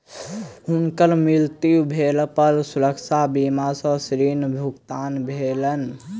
हुनकर मृत्यु भेला पर सुरक्षा बीमा सॅ ऋण भुगतान भेलैन